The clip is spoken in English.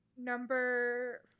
Number